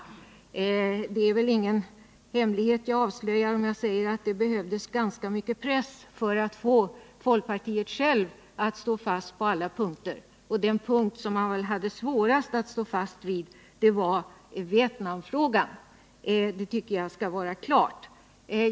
Jag avslöjar väl inte någon hemlighet om jag säger att det behövdes ganska stark press för att få folkpartiet självt att hålla fast vid alla punkter. Den punkt som man hade svårast att hålla fast vid gällde just Vietnamfrågan. Jag tycker att detta skall vara klart.